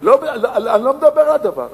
אני לא מדבר על הדבר הזה.